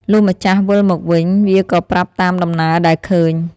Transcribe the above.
លុះម្ចាស់វិលមកវិញ វាក៏ប្រាប់តាមដំណើរដែលឃើញ ។